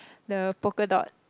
the polka dot